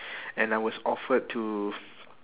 and I was offered to